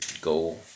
go